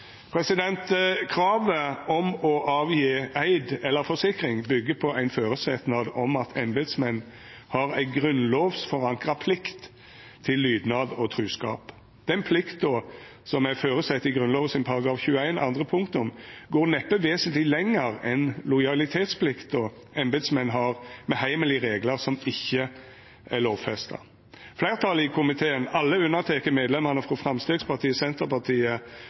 Kravet om å gjera eid eller å gje forsikring byggjer på ein føresetnad om at embetsmenn har ei grunnlovsforankra plikt til lydnad og truskap. Den plikta som er føresett i Grunnlova § 21 andre punktum, går neppe vesentleg lenger enn lojalitetsplikta embetsmenn har med heimel i reglar som ikkje er lovfesta. Fleirtalet i komiteen, alle unnateke medlemane frå Framstegspartiet, Senterpartiet